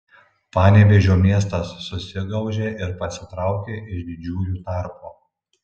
panevėžio miestas susigaužė ir pasitraukė iš didžiųjų tarpo